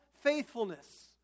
faithfulness